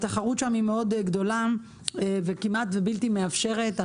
התחרות שם היא מאוד גדולה, וכמעט בלתי מאפשרת.